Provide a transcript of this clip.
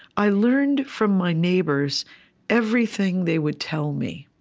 i learned from my neighbors everything they would tell me.